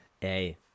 hey